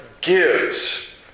gives